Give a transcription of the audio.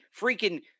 freaking